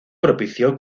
propició